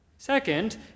Second